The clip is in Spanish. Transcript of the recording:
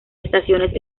estaciones